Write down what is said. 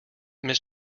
mrs